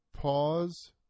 pause